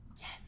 Yes